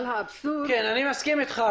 אני מסכים אתך,